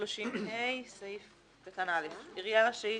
"330ה.(א)עירייה רשאית